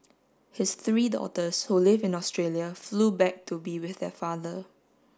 his three daughters who live in Australia flew back to be with their father